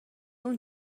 اون